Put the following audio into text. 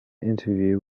interview